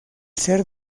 ser